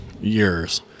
years